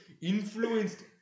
influenced